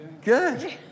Good